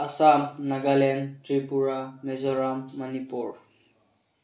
Assam Nagaland Tripura Mizoram Manipur